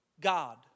God